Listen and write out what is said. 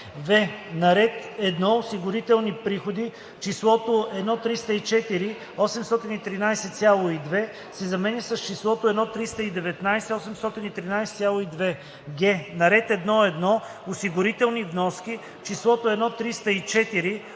в) Наред „1. Осигурителни приходи” числото „1 304 813,2” се заменя с числото „1319 813,2”. г) На ред „1.1. Осигурителни вноски” числото „1 304